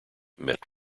met